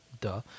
duh